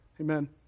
Amen